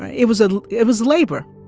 ah it was a it was labor.